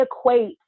equate